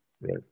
Right